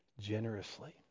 generously